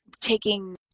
taking